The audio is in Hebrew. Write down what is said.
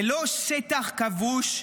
זה לא שטח כבוש,